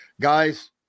guys